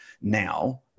now